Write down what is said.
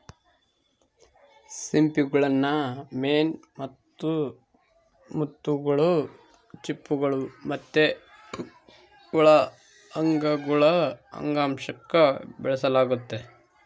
ಸಿಂಪಿಗುಳ್ನ ಮೇನ್ ಮುತ್ತುಗುಳು, ಚಿಪ್ಪುಗುಳು ಮತ್ತೆ ಒಳ ಅಂಗಗುಳು ಅಂಗಾಂಶುಕ್ಕ ಬೆಳೆಸಲಾಗ್ತತೆ